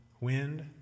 wind